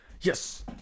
Yes